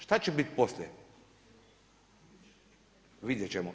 Šta će bit poslije vidjet ćemo.